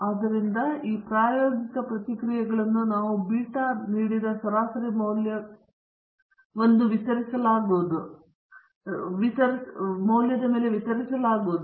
ಆದ್ದರಿಂದ ಈ ಪ್ರಾಯೋಗಿಕ ಪ್ರತಿಕ್ರಿಯೆಗಳನ್ನು ನಾವು ಬೀಟಾ ನೀಡಿದ ಸರಾಸರಿ ಮೌಲ್ಯವನ್ನು ವಿತರಿಸಲಾಗುವುದು ಮತ್ತು ಬೀಟಾ 1 X ನಿಂದ ನೀಡಲಾಗಿದೆ